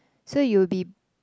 so you'll be